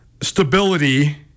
stability